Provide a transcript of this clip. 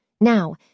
Now